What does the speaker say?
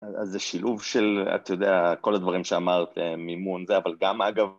אז זה שילוב של אתה יודע כל הדברים שאמרת מימון זה אבל גם אגב